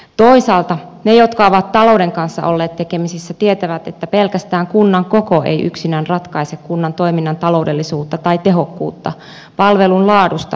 toisaalta ne jotka ovat talouden kanssa olleet tekemisissä tietävät että pelkästään kunnan koko ei yksinään ratkaise kunnan toiminnan taloudellisuutta tai tehokkuutta palvelun laadusta puhumattakaan